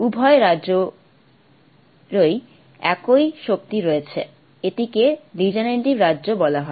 উভয় রাজ্যেরই একই শক্তি রয়েছে এটিকে ডিজেনারেট রাজ্য বলা হয়